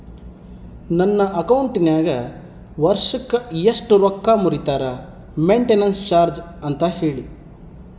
ನನ್ನ ಅಕೌಂಟಿನಾಗ ವರ್ಷಕ್ಕ ಎಷ್ಟು ರೊಕ್ಕ ಮುರಿತಾರ ಮೆಂಟೇನೆನ್ಸ್ ಚಾರ್ಜ್ ಅಂತ ಹೇಳಿ?